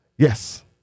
Yes